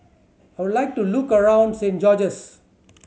I would like to look around Saint George's